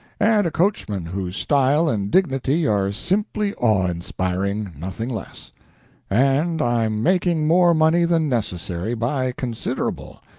and a coachman whose style and dignity are simply awe-inspiring, nothing less and i'm making more money than necessary, by considerable,